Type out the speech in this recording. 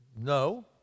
no